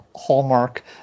hallmark